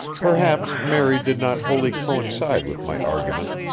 perhaps mary did not wholly coincide with my argument,